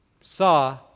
Saw